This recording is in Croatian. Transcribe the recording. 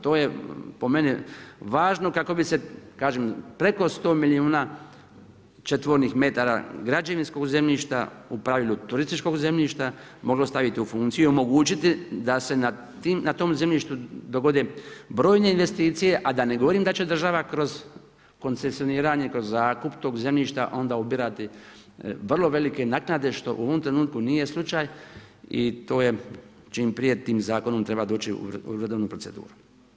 To je po meni važno kako bi se, kažem preko 100 milijuna četvornih metara građevinskog zemljišta, u pravilu turističkog zemljišta moglo staviti u funkciju i omogućiti da se na tom zemljištu dogode brojne investicije a da ne govorim da će država kroz koncesioniranje, kroz zakup tog zemljišta onda ubirati vrlo velike naknade što u ovom trenutku nije slučaj i to je čim prije tim zakonom treba doći u redovnu proceduru.